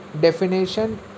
definition